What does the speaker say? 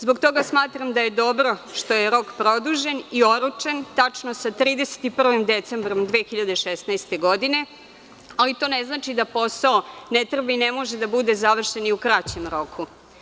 Zbog toga smatram da je dobro što je rok produžen i oročen tačno sa 31. decembrom 2016. godine, ali to ne znači da posao ne treba i ne može da bude završen i u kraćem roku.